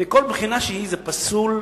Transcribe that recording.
מכל בחינה זה פסול,